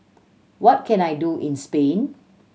what can I do in Spain